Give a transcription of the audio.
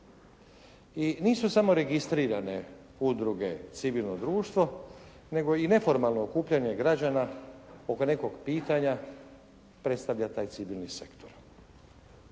I nisu samo registrirane udruge civilno društvo nego i neformalno okupljanje građana oko nekog pitanja predstavlja taj civilni sektor.